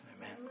Amen